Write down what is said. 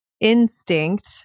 instinct